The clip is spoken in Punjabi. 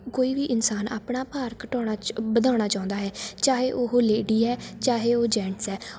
ਕੋਈ ਵੀ ਇਨਸਾਨ ਆਪਣਾ ਭਾਰ ਘਟਾਉਣਾ ਚ ਵਧਾਉਣਾ ਚਾਹੁੰਦਾ ਹੈ ਚਾਹੇ ਉਹ ਲੇਡੀ ਹੈ ਚਾਹੇ ਉਹ ਜੈਨਟਸ ਹੈ